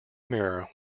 mirror